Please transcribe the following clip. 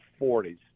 40s